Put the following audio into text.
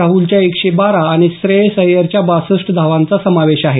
राहलच्या एकशे बारा आणि श्रेयस अय्यरच्या बासष्ट धावांचा समावेश आहे